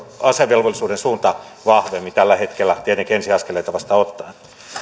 asevelvollisuuden suuntaan vahvemmin tällä hetkellä tietenkin ensi askeleita vasta ottaen